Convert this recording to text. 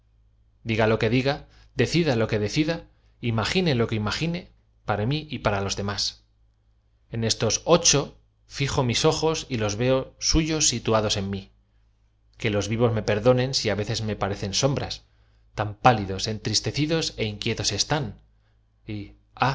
íga lo que diga decida lo que decida imagine lo que imagine para mi y para los demás en estos o c o mis ojos y veo los suyos fijados en mi que los vivos me perdo nen si á veces me parecen sombras tan pálidos en tristecidos é inquietos están y